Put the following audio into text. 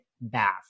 bath